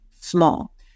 small